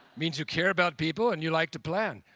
means you care about people and you like to plan.